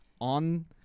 on